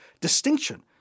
distinction